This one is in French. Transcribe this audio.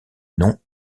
noms